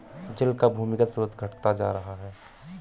जल का भूमिगत स्रोत घटता जा रहा है